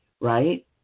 right